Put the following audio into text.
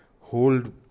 hold